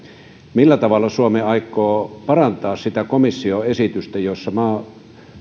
millä tavalla suomi aikoo parantaa sitä komission esitystä jossa